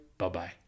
Bye-bye